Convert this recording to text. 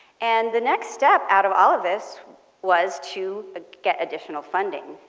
and the next step out of all of this was to ah get additional funding.